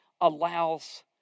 allows